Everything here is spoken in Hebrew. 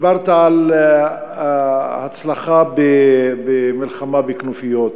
דיברת על הצלחה במלחמה בכנופיות,